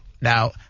Now